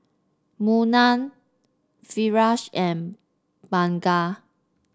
Munah Firash and Bunga